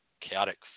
chaotic